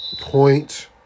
point